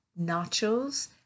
nachos